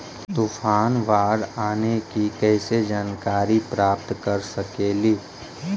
तूफान, बाढ़ आने की कैसे जानकारी प्राप्त कर सकेली?